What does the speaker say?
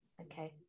Okay